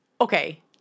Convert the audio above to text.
Okay